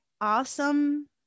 awesome